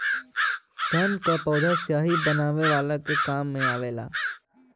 सन क पौधा स्याही बनवले के काम मे आवेला